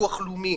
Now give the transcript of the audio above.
ביטוח לאומי.